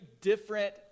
different